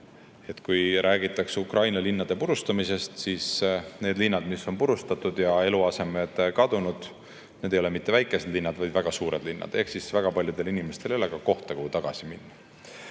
ja räägitakse Ukraina linnade purustamisest. Need linnad, mis on purustatud ja kus eluasemed on kadunud, ei ole mitte väikesed linnad, vaid väga suured linnad. Ehk väga paljudel inimestel ei ole kohta, kuhu tagasi minna.